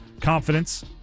Confidence